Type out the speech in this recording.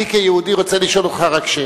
אני כיהודי רוצה רק לשאול אותך שאלה.